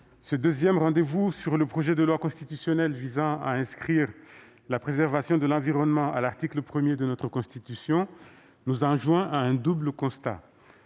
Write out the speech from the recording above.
ce deuxième rendez-vous sur le projet de loi constitutionnel visant à inscrire la préservation de l'environnement à l'article 1 de notre Constitution nous amène à un double constat.